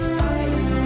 fighting